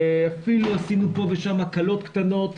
עשינו פה ושם הקלות קטנות,